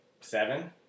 seven